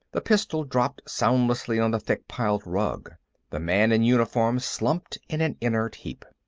the pistol dropped soundlessly on the thick-piled rug the man in uniform slumped in an inert heap.